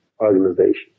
organization